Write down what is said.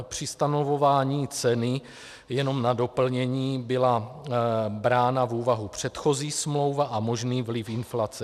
Při stanovování ceny jenom na doplnění byla brána v úvahu předchozí smlouva a možný vliv inflace.